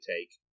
take